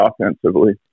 offensively